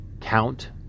count